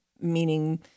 meaning